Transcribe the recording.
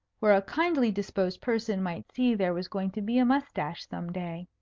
where a kindly-disposed person might see there was going to be a moustache some day.